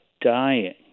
dying